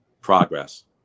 Progress